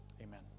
Amen